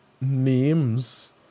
names